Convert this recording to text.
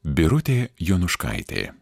birutė jonuškaitė